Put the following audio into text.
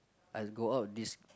I go out this